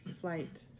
flight